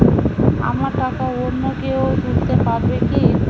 আমার টাকা অন্য কেউ তুলতে পারবে কি?